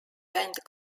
went